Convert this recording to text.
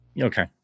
Okay